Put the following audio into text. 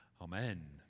Amen